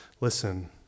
listen